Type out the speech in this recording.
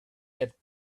get